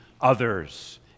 others